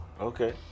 Okay